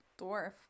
dwarf